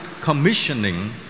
commissioning